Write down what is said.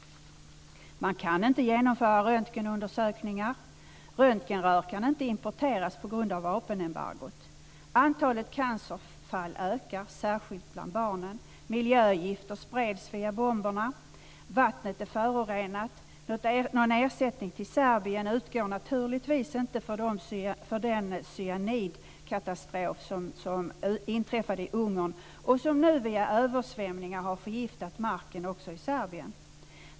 Man kan inte genomföra röntgenundersökningar. Röntgenrör kan inte importeras på grund av vapenembargot. Antalet cancerfall ökar, särskilt bland barnen. Miljögifter spreds via bomberna. Vattnet är förorenat. Någon ersättning till Serbien utgår naturligtvis inte för den cyanidkatastrof som inträffade i Ungern och som nu vid översvämningar har förgiftat marken också i Serbien.